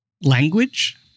language